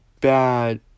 bad